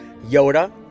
yoda